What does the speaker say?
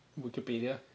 Wikipedia